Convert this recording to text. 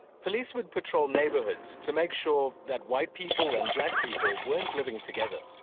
police would patrol neighborhoods to make sure that white people and black people weren't living together.